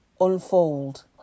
unfold